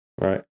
right